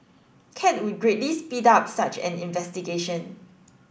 cat would greatly speed up such an investigation